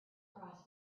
cross